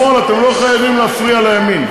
בגלל שאתם שמאל, אתם לא חייבים להפריע לימין.